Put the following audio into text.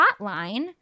Hotline